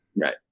right